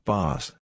Boss